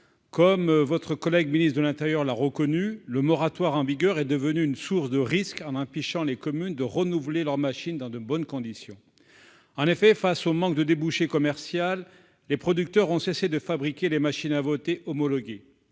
comme votre collègue ministre de l'Intérieur, l'a reconnu le moratoire en vigueur est devenue une source de risques Alain Pichon, les communes de renouveler leurs machines dans de bonnes conditions, en effet, face au manque de débouché commercial, les producteurs ont cessé de fabriquer les machines à voter homologué